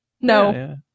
No